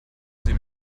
sie